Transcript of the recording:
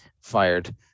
Fired